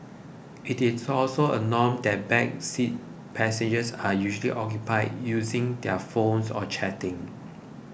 it is also a norm that back seat passengers are usually occupied using their phones or chatting